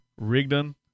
Rigdon